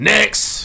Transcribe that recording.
Next